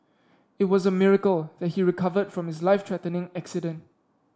it was a miracle that he recovered from his life threatening accident